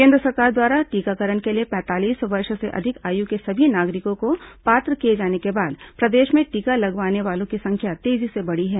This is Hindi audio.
केन्द्र सरकार द्वारा टीकाकरण के लिए पैंतालीस वर्ष से अधिक आयु के समी नागरिकों को पात्र किए जाने के बाद प्रदेश में टीका लगवाने वालों की संख्या तेजी से बढ़ी है